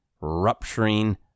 rupturing